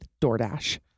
DoorDash